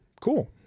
cool